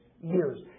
years